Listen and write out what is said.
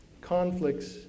conflicts